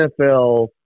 NFL –